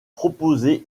proposée